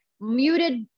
muted